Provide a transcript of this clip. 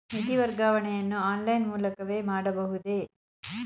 ನಿಧಿ ವರ್ಗಾವಣೆಯನ್ನು ಆನ್ಲೈನ್ ಮೂಲಕವೇ ಮಾಡಬಹುದೇ?